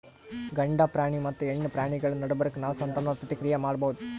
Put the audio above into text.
ಗಂಡ ಪ್ರಾಣಿ ಮತ್ತ್ ಹೆಣ್ಣ್ ಪ್ರಾಣಿಗಳ್ ನಡಬರ್ಕ್ ನಾವ್ ಸಂತಾನೋತ್ಪತ್ತಿ ಕ್ರಿಯೆ ಮಾಡಬಹುದ್